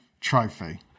trophy